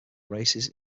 races